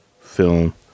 film